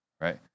right